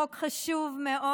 חוק חשוב מאוד.